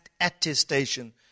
attestation